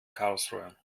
karlsruhe